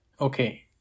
Okay